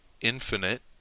Infinite